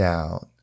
out